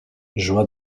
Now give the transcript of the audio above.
joie